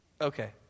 Okay